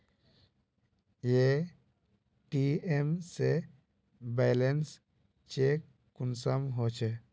ATM से balance check कुंसम होचे?